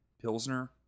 pilsner